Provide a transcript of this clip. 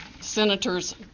Senators